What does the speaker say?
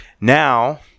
now